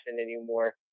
anymore